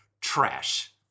Trash